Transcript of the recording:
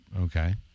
Okay